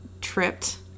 tripped